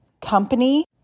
company